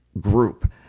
group